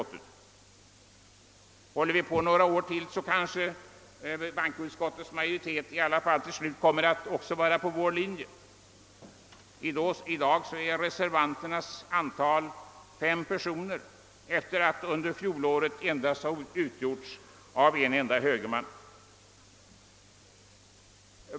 Om vi håller på och motionerar några år till kanske bankoutskottets majoritet till slut hamnar på vår linje. I dag har fem ledamöter av bankoutskottet reserverat sig, medan endast en högerman gjorde det i fjol.